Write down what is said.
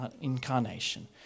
incarnation